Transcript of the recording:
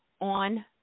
on